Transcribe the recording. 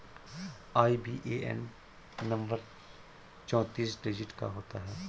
IBAN number चौतीस digit का होता है